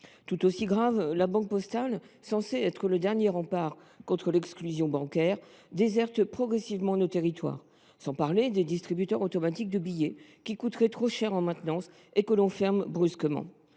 Tout aussi grave, La Banque Postale, censée être le dernier rempart contre l’exclusion bancaire, déserte progressivement nos territoires. Sans parler des distributeurs automatiques de billets (DAB), qui coûteraient trop cher en maintenance et que l’on ferme brusquement…